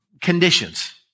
conditions